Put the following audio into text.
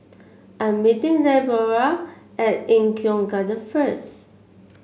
I'm meeting Leora at Eng Kong Garden first